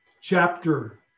chapter